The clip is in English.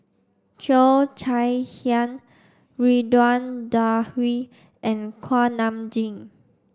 Cheo Chai Hiang Ridzwan Dzafir and Kuak Nam Jin